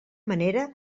manera